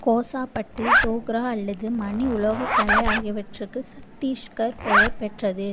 கோசா பட்டு தோக்ரா அல்லது மணி உலோகக் கலை ஆகியவற்றுக்கு சத்தீஸ்கர் பெயர் பெற்றது